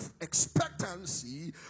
expectancy